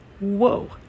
whoa